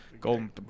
golden